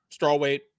Strawweight